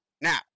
Now